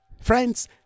Friends